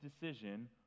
decision